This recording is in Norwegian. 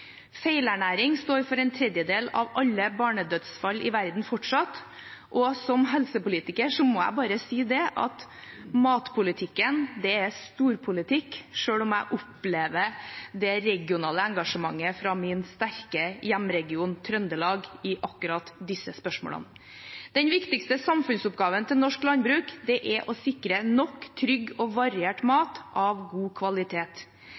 Feilernæring står fortsatt for en tredjedel av alle barnedødsfall i verden. Som helsepolitiker må jeg bare si at matpolitikken er storpolitikk, selv om jeg opplever det regionale engasjementet fra min sterke hjemregion, Trøndelag, i akkurat disse spørsmålene. Den viktigste samfunnsoppgaven til norsk landbruk er å sikre nok, trygg og variert mat av god kvalitet.